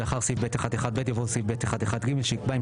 ולאחר סעיף (ב1)(1)(ב) יבוא סעיף (ב1)(1)(ג) שיקבע 'אם